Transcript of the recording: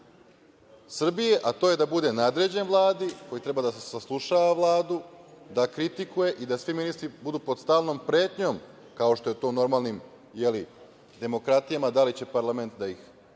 Srbije, a to je da bude nadređen Vladi, koji treba da saslušava Vladu, da kritikuje i da svi ministri budu pod stalnom pretnjom, kao što je to u normalnim demokratijama, da li će parlament da ih